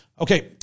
Okay